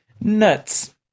Nuts